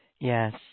Yes